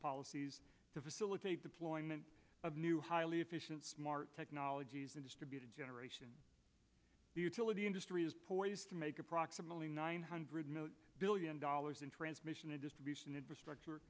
policies to facilitate deployment of new highly efficient smart technologies in distributed generation the industry is poised to make approximately nine hundred billion dollars in transmission and distribution infrastructure